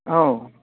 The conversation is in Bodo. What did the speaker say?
औ